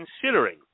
considering